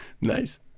Nice